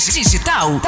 digital